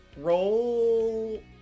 Roll